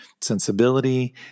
sensibility